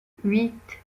huit